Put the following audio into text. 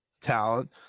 talent